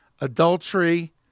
adultery